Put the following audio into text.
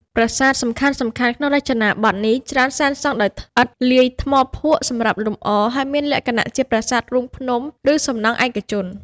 ប្រាសាទសំខាន់ៗក្នុងរចនាបថនេះច្រើនសាងសង់ដោយឥដ្ឋ លាយថ្មភក់សម្រាប់លម្អ ហើយមានលក្ខណៈជាប្រាសាទរូងភ្នំ ឬសំណង់ឯកជន។